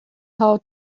how